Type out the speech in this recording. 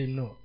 no